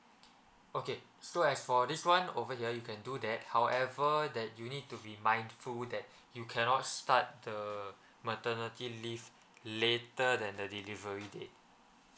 okay so as for this one over here you can do that however that you need to be mindful that you cannot start the maternity leave later than the delivery date